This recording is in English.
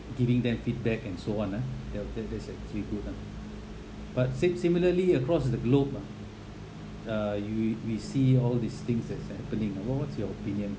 giving them feedback and so on ah they'll that that's actually good lah but si~ similarly across the globe ah uh you we see all these things that's happening what what's your opinion